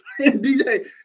DJ